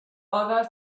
other